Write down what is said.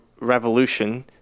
revolution